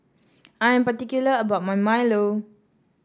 I am particular about my milo